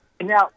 Now